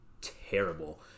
terrible